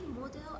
model